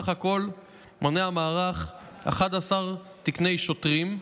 בסך הכול מונה המערך 11 תקני שוטרים.